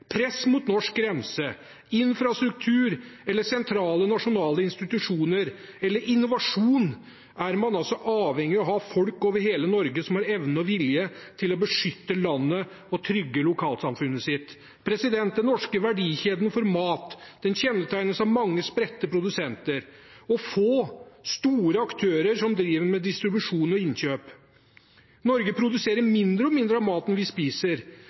press mot norsk grense, infrastruktur eller sentrale nasjonale institusjoner, eller en invasjon, er man altså avhengig av å ha folk over hele Norge som har evne og vilje til å beskytte landet og trygge lokalsamfunnet sitt. Den norske verdikjeden for mat kjennetegnes av mange spredte produsenter og få store aktører som driver med distribusjon og innkjøp. Norge produserer selv mindre og mindre av maten vi spiser,